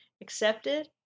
accepted